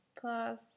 Plus